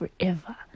forever